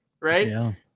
right